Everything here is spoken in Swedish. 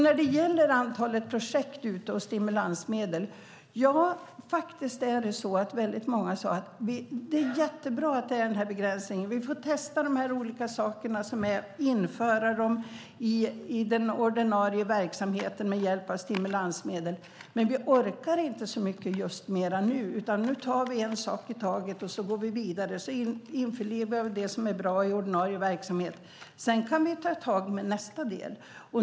När det gäller antalet projekt och stimulansmedel var det väldigt många som sade: Det är jättebra att den här begränsningen finns. Vi får testa de här olika sakerna och införa dem i den ordinarie verksamheten med hjälp av stimulansmedel. Men vi orkar inte så mycket mer just nu, utan vi tar en sak i taget, går vidare och införlivar det som är bra i ordinarie verksamhet. Sedan kan vi ta tag i nästa del.